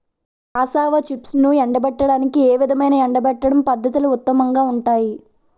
Cassava చిప్స్ను ఎండబెట్టడానికి ఏ విధమైన ఎండబెట్టడం పద్ధతులు ఉత్తమంగా ఉంటాయి?